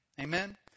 Amen